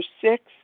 six